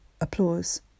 applause